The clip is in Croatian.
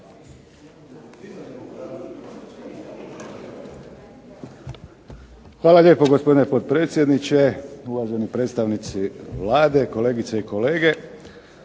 Hvala lijepo gospodine potpredsjedniče, uvaženi predstavnici Vlade, kolegice i kolege.